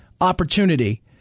opportunity